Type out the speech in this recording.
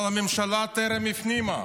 אבל הממשלה טרם הפנימה.